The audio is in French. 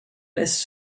laisse